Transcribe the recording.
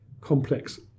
complex